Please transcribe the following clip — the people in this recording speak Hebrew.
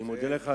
אני מודה לך.